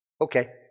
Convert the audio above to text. Okay